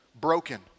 Broken